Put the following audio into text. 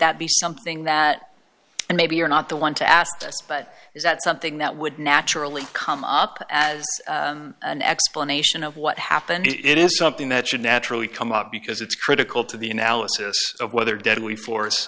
that be something that maybe you're not the one to ask but is that something that would naturally come up as an explanation of what happened it is something that should naturally come up because it's critical to the analysis of whether deadly fo